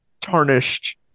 tarnished